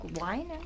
wine